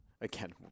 Again